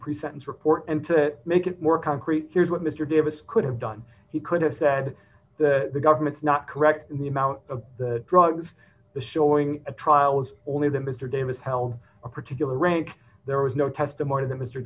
pre sentence report and to make it more concrete here's what mister davis could have done he could have said that the government's not correct in the amount of drugs the showing a trial was only that mister davis held a particular rank there was no testimony that m